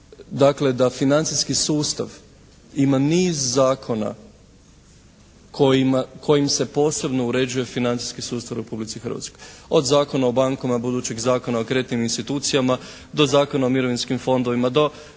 dakle da financijski sustav ima niz zakona kojim se posebno uređuje financijski sustav u Republici Hrvatskoj, od Zakona o bankama, budućeg Zakona o kreditnim institucijama, do Zakona o mirovinskim fondovima, do